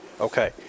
Okay